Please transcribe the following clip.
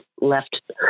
left